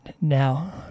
now